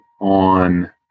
on